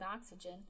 oxygen